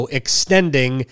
extending